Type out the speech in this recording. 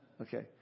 Okay